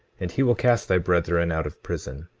and he will cast thy brethren out of prison.